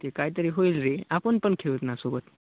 ते कायतरी होईल रे आपण पण खेळुयात ना सोबत